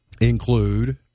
include